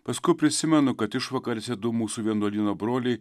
paskui prisimenu kad išvakarėse du mūsų vienuolyno broliai